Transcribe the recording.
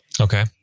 Okay